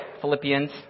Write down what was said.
Philippians